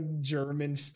German